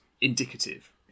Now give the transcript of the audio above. indicative